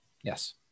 Yes